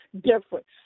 different